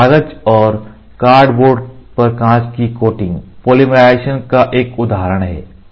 कागज और कार्डबोर्ड पर कांच की कोटिंग फोटोपॉलीमराइजेशन का उदाहरण है